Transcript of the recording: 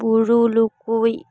ᱵᱩᱨᱩᱞᱩᱠᱩᱭ